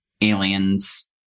aliens